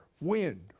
wind